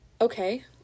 Okay